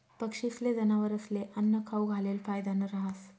पक्षीस्ले, जनावरस्ले आन्नं खाऊ घालेल फायदानं रहास